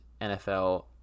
NFL